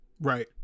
right